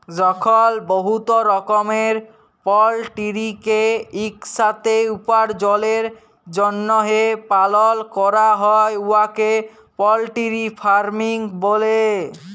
যখল বহুত রকমের পলটিরিকে ইকসাথে উপার্জলের জ্যনহে পালল ক্যরা হ্যয় উয়াকে পলটিরি ফার্মিং ব্যলে